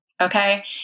Okay